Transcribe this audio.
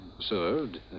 served